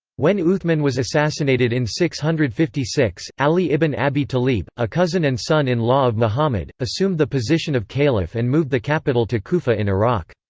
when uthman was assassinated in six hundred and fifty six, ali ibn abi talib, a cousin and son-in-law of muhammad, assumed the position of caliph and moved the capital to kufa in iraq.